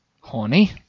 Horny